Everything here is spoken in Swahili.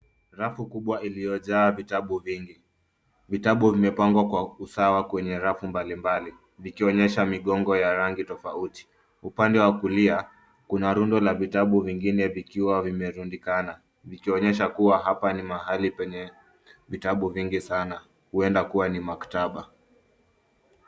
Rafu kubwa iliyojaa vitabu vingi. Vitabu vimepangwa kwa usawa kwenye rafu mbalimbali vikionyesha migongo ya rangi tofauti. Upande wa kulia, kuna rundo la vitabu vingine vikiwa vimerundikana vikionyesha kuwa hapa ni mahali penye vitabu vingi sana huenda kuwa ni maktaba.